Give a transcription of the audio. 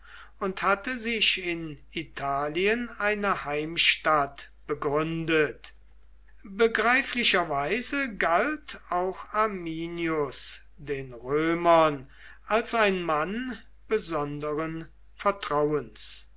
und hatte sich in italien eine heimstatt begründet begreiflicherweise galt auch arminius den römern als ein mann besonderen vertrauens